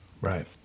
right